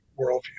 worldview